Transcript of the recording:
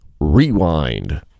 Rewind